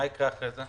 מה יקרה אחרי זה?